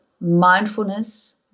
mindfulness